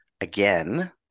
again